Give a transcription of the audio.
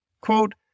Quote